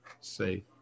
say